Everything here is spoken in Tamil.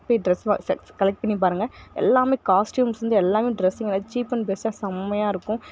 போய் ட்ரெஸ் கலெக்ட் பண்ணி பாருங்க எல்லாமே காஸ்ட்டியூம்ஸ்லேருந்து எல்லாமே ட்ரெஸ் சீப் அண்ட் பெஸ்ட்டாக செம்மையாருக்கும்